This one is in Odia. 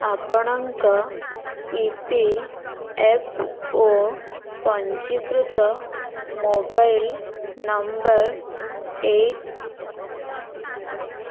ଆପଣଙ୍କ ଇ ପି ଏଫ୍ ଓ ପଞ୍ଜୀକୃତ ମୋବାଇଲ୍ ନମ୍ବର ଏଇଟ୍